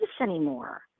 anymore